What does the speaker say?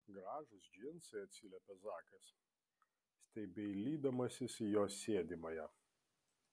gražūs džinsai atsiliepė zakas stebeilydamasis į jos sėdimąją